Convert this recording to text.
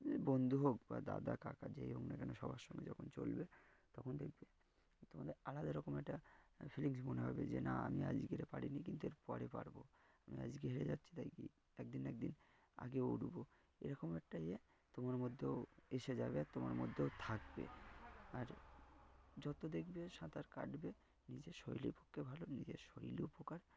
বন্ধু হোক বা দাদা কাকা যেই হোক না কেন সবার সঙ্গে যখন চলবে তখন দেখবে তোমাদের আলাদা রকম একটা ফিলিংস মনে হবে যে না আমি আজকে এটা পারিনি কিন্তু এর পরে পারবো আমি আজকে হেরে যাচ্ছি তাই কি একদিন একদিন আগেও উঠবো এরকম একটা ইয়ে তোমার মধ্যেও এসে যাবে আর তোমার মধ্যেও থাকবে আর যত দেখবে সাঁতার কাটবে নিজের শরীরের পক্ষে ভালো নিজের শরীর উপকার